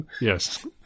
Yes